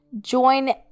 join